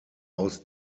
aus